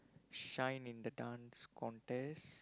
shine in the Dance Contest